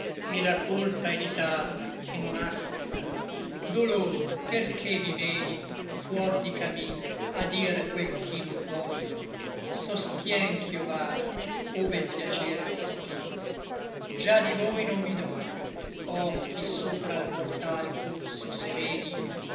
et la colpa è di tal che non à cura dolor perché mi meni fuor di camin a dir quel ch'i non voglio sostien ch'io vada ove l piacer mi spigne già di voi non mi doglio occhi sopra l mortal corso sereni